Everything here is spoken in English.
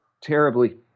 terribly